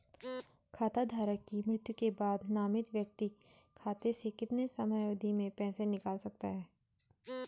खाता धारक की मृत्यु के बाद नामित व्यक्ति खाते से कितने समयावधि में पैसे निकाल सकता है?